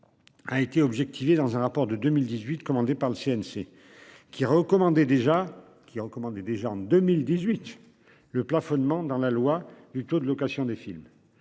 A été objectiver dans un rapport de 2018, commandée par le CNC qui recommandait déjà qui ont commandé déjà en 2018 le plafonnement dans la loi du taux de location des films.